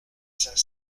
cinq